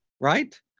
right